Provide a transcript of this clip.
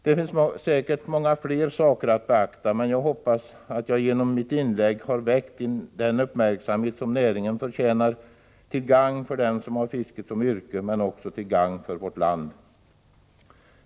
Det finns säkert många fler saker att beakta, men jag hoppas att jag genom mitt inlägg har väckt den uppmärksamhet som näringen förtjänar, till gagn för dem som har fisket som yrke, men också till gagn för hela vårt land.